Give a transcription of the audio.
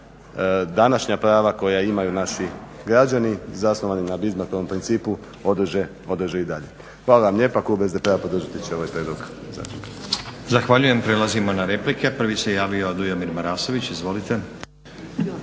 današnja prava koja imaju naši građani zasnovani na Bismarkovom principu održe i dalje. Hvala vam lijepa. Klub SDP-a podržati će ovaj prijedlog